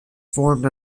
formed